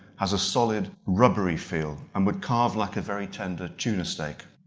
has a solid, rubbery feel and would carve like a very tender tuna steak.